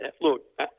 look